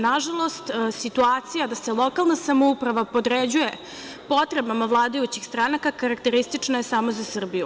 Nažalost, situacija da se lokalna samouprava podređuje potrebama vladajućih stranaka karakteristična je samo za Srbiju.